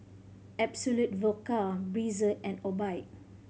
Absolut Vodka Breezer and Obike